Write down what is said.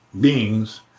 beings